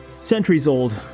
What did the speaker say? centuries-old